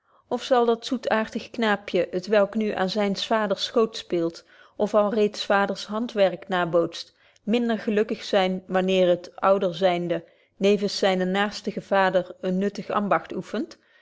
of zal dat zoetaartig knaapje t welk nu aan zyn s vaders schoot speelt of alreeds s vaders handwerk nabootst minder gelukkig zyn wanneer het ouder zynde nevens zynen naerstigen vader een nuttig ambagt oeffend